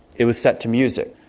it was set to music.